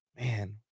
man